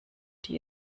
die